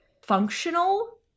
functional